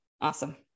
awesome